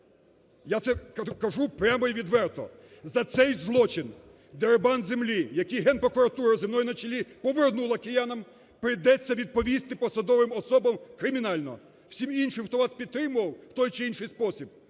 Я це кажу прямо і відверто: за цей злочин – дерибан землі, яку Генпрокуратура зі мною на чолі повернула киянам, – прийдеться відповісти посадовим особам кримінально. Всі інші, хто вас підтримував у той чи інший спосіб,